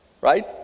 right